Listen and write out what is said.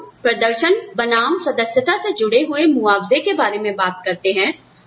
जब हम प्रदर्शन बनाम सदस्यता से जुड़े हुए मुआवजे के बारे में बात करते हैं